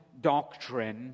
doctrine